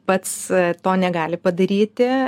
pats to negali padaryti